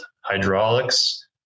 hydraulics